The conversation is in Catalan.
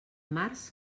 març